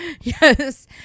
yes